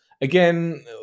Again